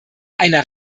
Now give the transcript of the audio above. einer